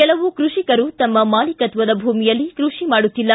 ಕೆಲವ ಕೃಷಿಕರು ತಮ್ಮ ಮಾಲೀಕತ್ವದ ಭೂಮಿಯಲ್ಲಿ ಕೃಷಿ ಮಾಡುತ್ತಿಲ್ಲ